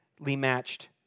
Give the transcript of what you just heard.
matched